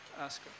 ask